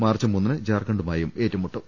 March മൂന്നിന് ജാർഖണ്ഡുമായും ഏറ്റുമുട്ടും